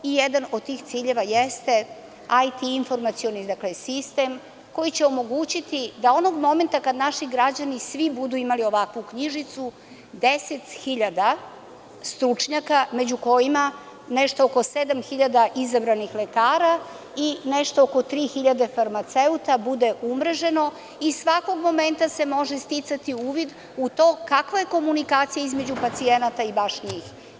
Jedan od tih ciljeva jeste IT informacioni sistem koji će omogućiti da onog momenta kada naši građani svi budu imali ovakvu knjižicu, 10.000 stručnjaka, među kojima nešto oko 7.000 izabranih lekara i nešto oko 3.000 farmaceuta bude umreženo i svakog momenta se može sticati uvid u to kakva je komunikacija između pacijenata i baš njih.